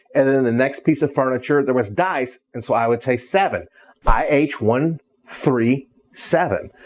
and then the next piece of furniture there was dice, and so i would say seven i h one three seven.